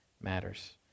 matters